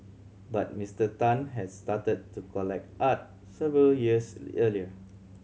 but Mister Tan has started to collect art several years earlier